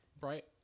Bright